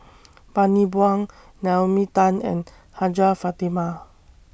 Bani Buang Naomi Tan and Hajjah Fatimah